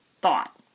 thought